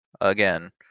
again